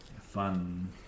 fun